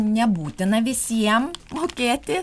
nebūtina visiem mokėti